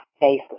face